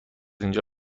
اینجا